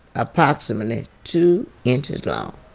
approximately two inches long.